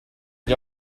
gli